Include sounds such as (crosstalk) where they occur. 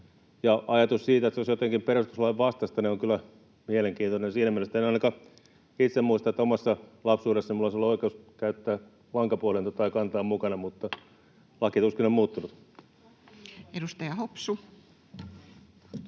Ajatus siitä, että se olisi jotenkin perustuslain vastaista, on kyllä mielenkiintoinen siinä mielessä, että en ainakaan itse muista, että omassa lapsuudessani minulla olisi ollut oikeus käyttää lankapuhelinta tai kantaa sitä mukana, (noise) ja laki tuskin on muuttunut. Edustaja Hopsu.